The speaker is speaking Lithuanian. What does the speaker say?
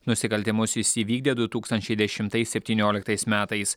nusikaltimus jis įvykdė du tūkstančiai dešimtais septynioliktais metais